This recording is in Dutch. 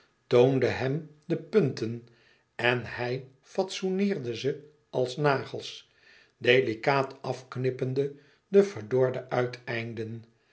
toonde hem de punten en hij fatsoeneerde ze als nagels delicaat afknippende de verdorde uiteinden